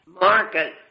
market